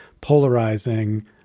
polarizing